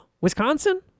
Wisconsin